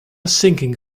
sinking